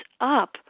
up